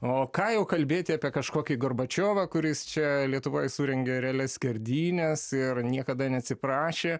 o ką jau kalbėti apie kažkokį gorbačiovą kuris čia lietuvoj surengė realias skerdynes ir niekada neatsiprašė